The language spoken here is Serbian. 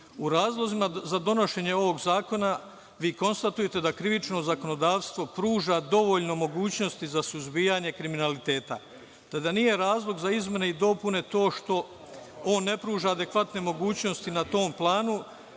U razlozima za donošenje ovog zakona vi konstatujete da krivično zakonodavstvo pruža dovoljno mogućnosti za suzbijanje kriminaliteta, te da nije razlog za izmene i dopune to što ne pruža adekvatne mogućnosti na tom planu,